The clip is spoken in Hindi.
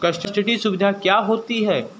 कस्टडी सुविधा क्या होती है?